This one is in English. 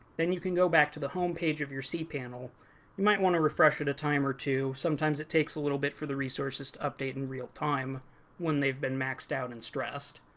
then you can go back to the homepage of your cpanel. you might want to refresh it a time or two. sometimes it takes a little bit for the resources to update in real time when they've been maxed out and stressed.